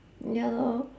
ya lor